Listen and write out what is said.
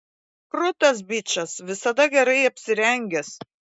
krūtas bičas visada gerai apsirengęs